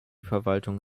verwaltung